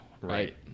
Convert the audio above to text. Right